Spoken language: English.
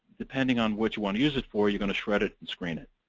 depending on what you want to use it for, you're going to shred it and screen it.